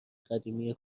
قدیمی